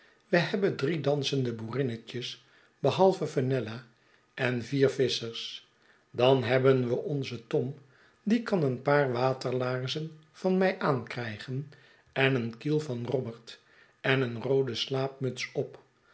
we hebben drie dansende boerinnetjes behalve fenella en vier visschers dan hebben we onzen tom die kan een paar waterlaarzen van mij aankrijgen en een kiel van robert en een rooden slaapmuts op